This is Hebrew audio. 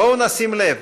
בואו נשים לב,